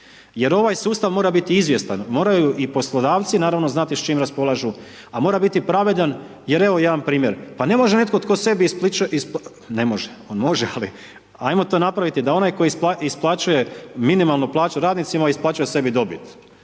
Jer ovaj sustav mora biti izvjestan moraju i poslodavci, naravno znati s čim raspolažu, a moraju biti i pravilan, jer evo jedan primjer, pa ne može netko tko sebi, ne može, on može, ali ajmo to napraviti da onaj tko isplaćuje minimalnu plaću radnicima, isplaćuju sebi dobit.